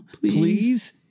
please